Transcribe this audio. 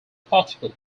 particle